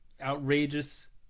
outrageous